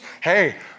Hey